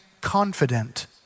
confident